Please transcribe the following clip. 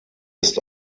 ist